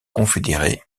confédéré